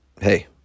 hey